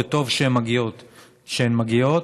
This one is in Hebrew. וטוב שהן מגיעות כשהן מגיעות.